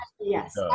yes